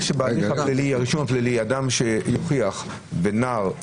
ברישום הפלילי, אדם שיוכיח, ונער שהיה,